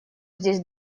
здесь